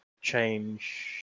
change